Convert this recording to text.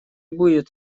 будет